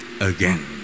again